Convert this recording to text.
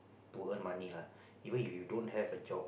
to earn money lah even if you don't have a job